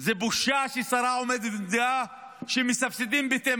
זו בושה ששרה עומדת וגאה שמסבסדים בתי